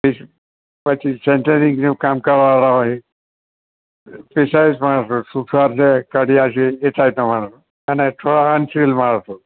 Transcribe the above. પછી સેન્ટીંગ કામ કરવાવાળા હોય માટે સુથાર છે કડિયા છે એ ટાઇપના માણસ અને થોડા અનસ્કિલ માણસો